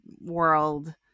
world